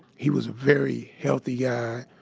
he was a very healthy yeah